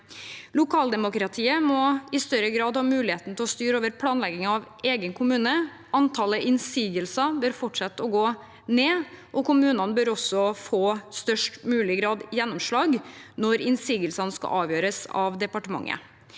Lokaldemokratiet må i større grad ha muligheten til å styre over planleggingen av egen kommune, antallet innsigelser bør fortsette å gå ned, og kommunene bør også i størst mulig grad få gjennomslag når innsigelsene skal avgjøres av departementet.